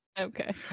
Okay